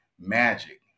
magic